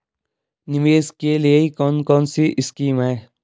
निवेश के लिए कौन कौनसी स्कीम हैं?